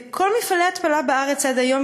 כל מפעלי ההתפלה בארץ עד היום,